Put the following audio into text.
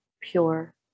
pure